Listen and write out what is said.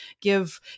give